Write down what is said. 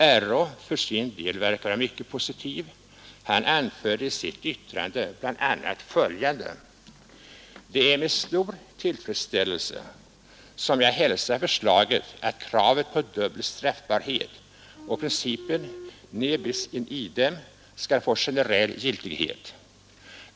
RÅ har för sin del varit mycket positiv och anför i sitt yttrande bl.a. ”Det är med stor tillfredsställelse som jag hälsar förslaget att kravet på dubbel straffbarhet och principen ”ne bis in idem” skall få generell giltighet.